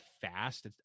fast